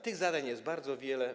Tych zadań jest bardzo wiele.